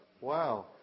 Wow